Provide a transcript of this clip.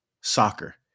soccer